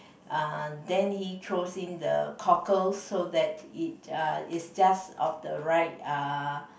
uh then he throws in the cockles so that it uh it's just of the right uh